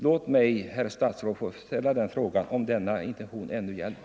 Låt mig alltså, herr statsråd, få ställa frågan om denna intention ännu gäller.